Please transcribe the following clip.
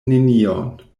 nenion